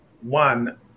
one